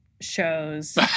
shows